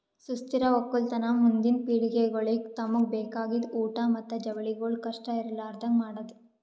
ಸುಸ್ಥಿರ ಒಕ್ಕಲತನ ಮುಂದಿನ್ ಪಿಳಿಗೆಗೊಳಿಗ್ ತಮುಗ್ ಬೇಕಾಗಿದ್ ಊಟ್ ಮತ್ತ ಜವಳಿಗೊಳ್ ಕಷ್ಟ ಇರಲಾರದಂಗ್ ಮಾಡದ್